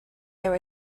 there